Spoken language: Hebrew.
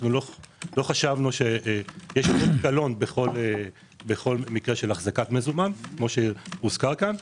לא חשבנו שיש קלון בכל מקרה של החזקת מזומן כפי שהוזכר פה.